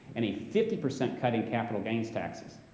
and a fifty percent cut in capital gains taxes.